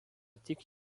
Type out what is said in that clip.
tik